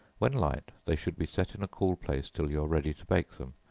when light they should be set in a cool place till you are ready to bake them,